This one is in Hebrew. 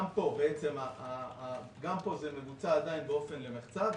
גם פה, זה מבוצע עדיין למחצה.